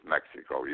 Mexico